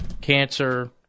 cancer